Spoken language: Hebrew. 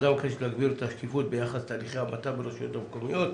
הוועדה מבקשת להגביר את השקיפות ביחס לתהליכי ההמתה ברשויות המקומיות.